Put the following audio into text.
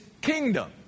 kingdom